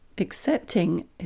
accepting